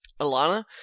Alana